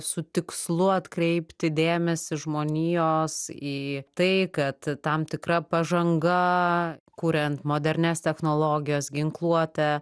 su tikslu atkreipti dėmesį žmonijos į tai kad tam tikra pažanga kuriant modernias technologijas ginkluotę